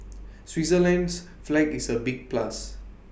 Switzerland's flag is A big plus